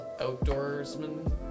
outdoorsman